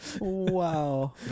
Wow